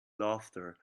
laughter